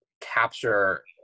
capture